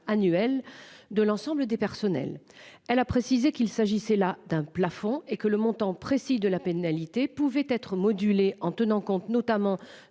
annuelle de l'ensemble des personnels. Elle a précisé qu'il s'agissait là d'un plafond et que le montant précis de la pénalité pouvait être modulée en tenant compte notamment